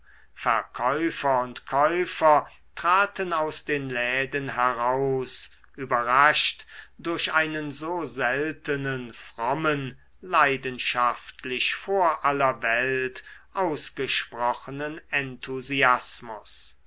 verkäufer und käufer traten aus den läden heraus überrascht durch einen so seltenen frommen leidenschaftlich vor aller welt ausgesprochenen enthusiasmus